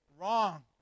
wrong